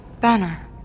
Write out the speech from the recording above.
Banner